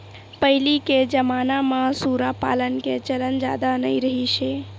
पहिली के जमाना म सूरा पालन के चलन जादा नइ रिहिस हे